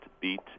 beat